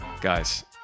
Guys